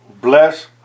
bless